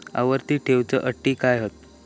आवर्ती ठेव च्यो अटी काय हत?